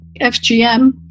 FGM